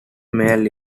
male